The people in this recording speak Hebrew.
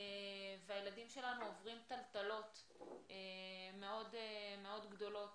הילדים שלנו עוברים טלטלות מאוד גדולות